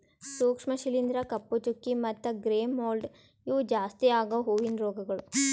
ಸೂಕ್ಷ್ಮ ಶಿಲೀಂಧ್ರ, ಕಪ್ಪು ಚುಕ್ಕಿ ಮತ್ತ ಗ್ರೇ ಮೋಲ್ಡ್ ಇವು ಜಾಸ್ತಿ ಆಗವು ಹೂವಿನ ರೋಗಗೊಳ್